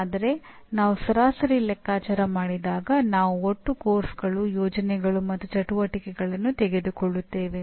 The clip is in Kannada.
ಆದರೆ ನಾವು ಸರಾಸರಿ ಲೆಕ್ಕಾಚಾರ ಮಾಡಿದಾಗ ನಾವು ಒಟ್ಟು ಪಠ್ಯಕ್ರಮಗಳು ಯೋಜನೆಗಳು ಮತ್ತು ಚಟುವಟಿಕೆಗಳನ್ನು ತೆಗೆದುಕೊಳ್ಳುತ್ತೇವೆ